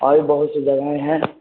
اور بہت س جگہیں ہیں